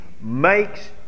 makes